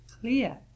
clear